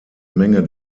menge